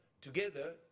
together